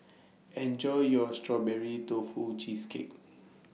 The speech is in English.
Enjoy your Strawberry Tofu Cheesecake